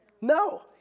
No